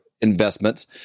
investments